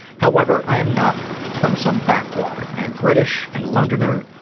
however, i am not from some backwater. i am british and a londoner,